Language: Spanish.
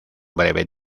breve